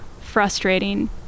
frustrating